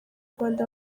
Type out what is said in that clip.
rwanda